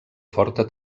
forta